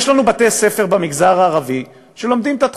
יש לנו בתי-ספר במגזר הערבי שלומדים בהם את